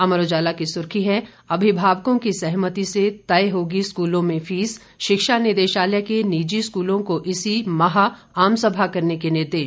अमर उजाला की सुर्खी है अभिभावकों की सहमति से तय होगी स्कूलों में फीस शिक्षा निदेशालय के निजी स्कूलों को इसी माह आम सभा करने के निर्देश